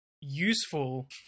useful